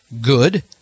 good